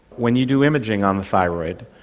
when you do imaging on the thyroid,